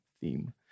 theme